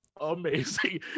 amazing